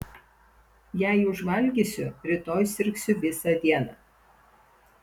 jei užvalgysiu rytoj sirgsiu visą dieną